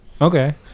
okay